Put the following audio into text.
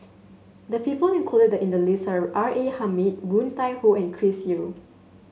the people included in the list are R A Hamid Woon Tai Ho and Chris Yeo